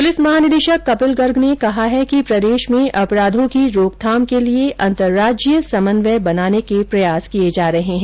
police महानिदेशक कपिल गर्ग ने कहा है कि प्रदेश में अपराधों की रोकथाम के लिये अंतर्राज्यीय समन्वय बनाने के प्रयास किये जा रहे है